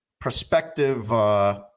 prospective